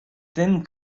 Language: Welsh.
ddim